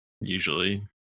usually